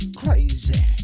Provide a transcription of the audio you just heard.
crazy